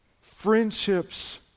friendships